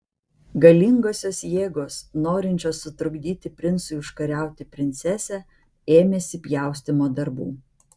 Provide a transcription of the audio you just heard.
galingosios jėgos norinčios sutrukdyti princui užkariauti princesę ėmėsi pjaustymo darbų